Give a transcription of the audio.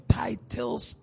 titles